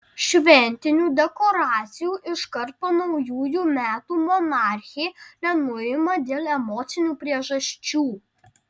šventinių dekoracijų iškart po naujųjų metų monarchė nenuima dėl emocinių priežasčių